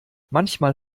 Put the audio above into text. manchmal